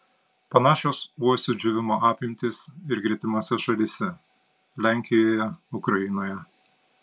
panašios uosių džiūvimo apimtys ir gretimose šalyse lenkijoje ukrainoje